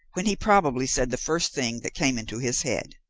when he probably said the first thing that came into his head.